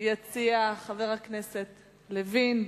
יציע חבר הכנסת לוין.